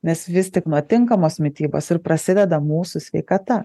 nes vis tik nuo tinkamos mitybos ir prasideda mūsų sveikata